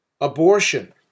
abortion